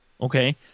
okay